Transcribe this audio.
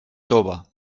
tova